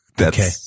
okay